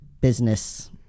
business